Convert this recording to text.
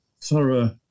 thorough